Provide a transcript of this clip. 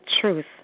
truth